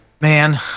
Man